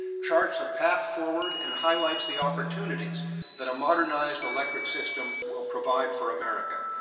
charts a path forward and highlights the opportunities that a modernized electric system will provide for america.